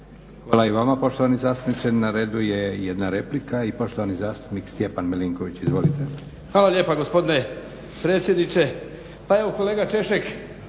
Hvala i vama poštovani zastupniče. Na redu je jedna replika i poštovani zastupnik Stjepan Milinković. Izvolite. **Milinković, Stjepan (HDZ)** Hvala lijepa gospodine predsjedniče. Pa evo kolega Češek